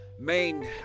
main